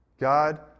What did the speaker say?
God